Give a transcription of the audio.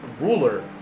ruler